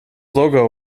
logo